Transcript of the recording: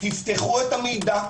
תפתחו את המידע.